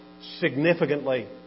significantly